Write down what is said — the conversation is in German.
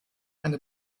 eine